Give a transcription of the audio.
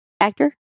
actor